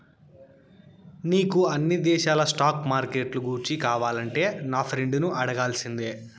నీకు అన్ని దేశాల స్టాక్ మార్కెట్లు గూర్చి కావాలంటే నా ఫ్రెండును అడగాల్సిందే